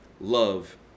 love